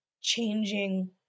changing